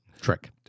Trick